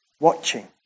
watching